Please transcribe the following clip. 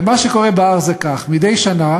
ומה שקורה בהר זה כך: מדי שנה